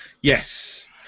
Yes